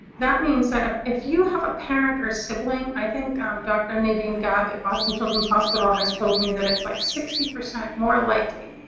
that means that if you have a parent or sibling i think dr. nadine gaab at boston children's hospital has told me that it's, like, sixty percent more likely